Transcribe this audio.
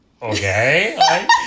okay